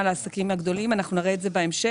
לעסקים הגדולים; אנחנו נראה את זה בהמשך.